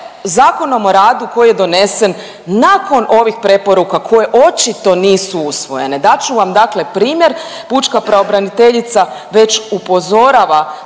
Zakonom o radu koji je donesen nakon ovih preporuka koje očito nisu usvojene. Dat ću vam dakle primjer, pučka pravobraniteljica već upozorava